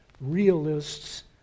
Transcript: realists